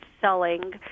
selling